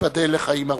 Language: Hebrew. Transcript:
ייבדל לחיים ארוכים.